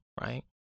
right